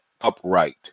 upright